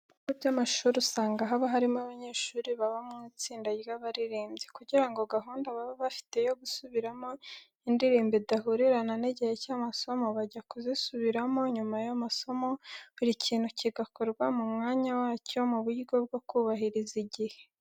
Mu bigo by'amashuri usanga haba harimo abanyeshuri baba mu itsinda ry'abaririmbyi. Kugira ngo gahunda baba bafite yo gusubiramo indirimbo idahurirana n'igihe cy'amasomo, bajya kuzisubiramo nyuma y'amasomo, buri kintu kigakorwa mu mwanya wacyo, mu buryo bwo kubahiriza igihe.